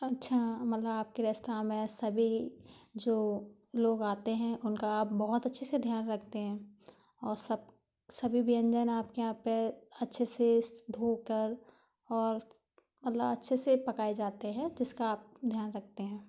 अच्छा मतलब आपके रेस्तरां में सभी जो लोग आते हैं उनका आप बहुत अच्छे से ध्यान रखते हैं और सब सभी व्यंजन आपके यहाँ पर अच्छे से धो कर और मतलब अच्छे से पकाए जाते हैं जिसका आप ध्यान रखते हैं